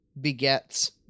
begets